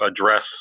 address